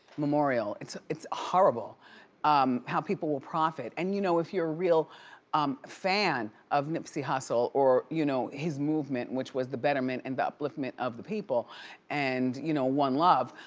memorial, it's it's horrible um how people will profit. and you know, if you're a real um fan of nipsey hussle or you know his movement, which was the betterment and the upliftment of the people and you know one love,